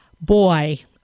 Boy